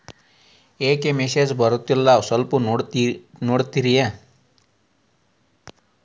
ಯಾಕೊ ಮೆಸೇಜ್ ಬರ್ವಲ್ತು ಸ್ವಲ್ಪ ನೋಡ್ತಿರೇನ್ರಿ?